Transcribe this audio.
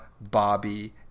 Bobby